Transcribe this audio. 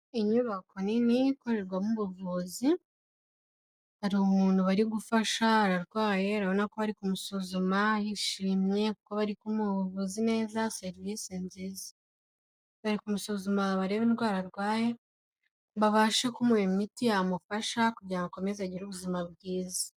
Inyubako nini ikorerwamo ubuvuzi, hari umuntu bari gufasha ararwaye urabona ko bari kumusuzuma, yishimye kuko bari kumuha ubuvuzi neza serivisi nziza, bari kumusuzuma barebe indwara arwaye babashe kumuha imiti yamufasha kugira ngo akomeze agire ubuzima bwiza.